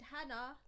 Hannah